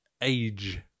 age